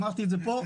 אמרתי את זה פה,